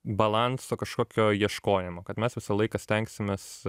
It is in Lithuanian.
balanso kažkokio ieškojimo kad mes visą laiką stengsimės